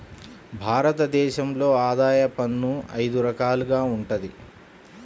భారత దేశంలో ఆదాయ పన్ను అయిదు రకాలుగా వుంటది